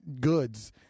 goods